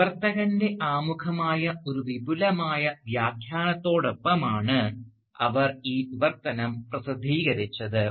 വിവർത്തകൻറെ ആമുഖമായ ഒരു വിപുലമായ വ്യാഖ്യാനത്തിനൊപ്പം അവർ ഈ വിവർത്തനം പ്രസിദ്ധീകരിച്ചു